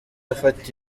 afata